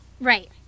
Right